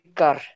car